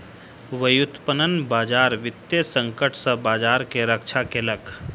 व्युत्पन्न बजार वित्तीय संकट सॅ बजार के रक्षा केलक